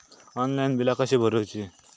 Online बिला कशी भरूची?